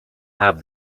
have